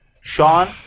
Sean